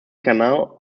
canal